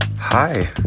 Hi